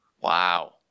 Wow